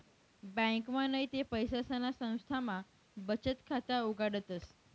ब्यांकमा नैते पैसासना संस्थामा बचत खाता उघाडतस